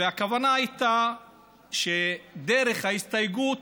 והכוונה הייתה שדרך ההסתייגות